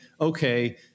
okay